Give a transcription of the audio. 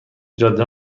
جاده